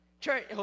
Church